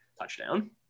touchdown